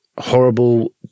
horrible